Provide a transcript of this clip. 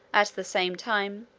at the same time,